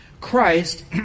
Christ